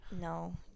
No